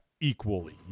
equally